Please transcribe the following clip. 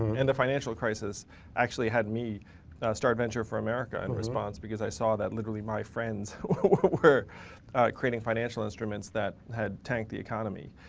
and the financial crisis actually had me start venture for america in response because i saw that literally my friends were creating financial instruments that had tanked the economy.